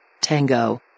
Tango